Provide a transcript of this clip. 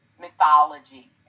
mythology